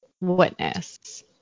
witness